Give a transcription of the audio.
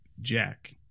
Jack